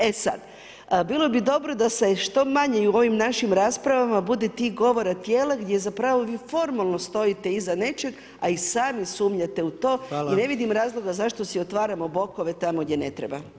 E sad, bilo bi dobro da se je što manje i u ovom našim raspravama bude tih govora tijela gdje zapravo vi formalno stojite iza nečeg a i sami sumnjate u to i ne vidim razloga zašto si otvaramo bokove tamo gdje ne treba.